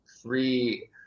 three